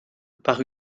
par